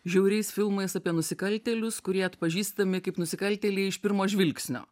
žiauriais filmais apie nusikaltėlius kurie atpažįstami kaip nusikaltėliai iš pirmo žvilgsnio